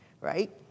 right